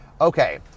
okay